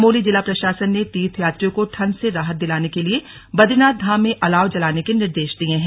चमोली जिला प्रशासन ने तीर्थयात्रियों को ठंड से राहत दिलाने के लिए बदरीनाथ धाम में अलाव जलाने के निर्देश दिए हैं